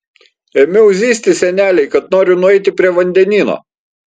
ėmiau zyzti senelei kad noriu nueiti prie vandenyno